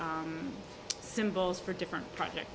symbols for different project